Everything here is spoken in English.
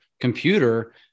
computer